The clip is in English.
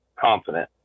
confident